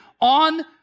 on